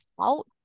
out